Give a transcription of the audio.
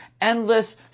endless